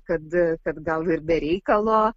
kad kad gal ir be reikalo